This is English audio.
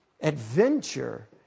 Adventure